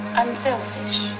unselfish